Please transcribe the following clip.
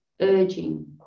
urging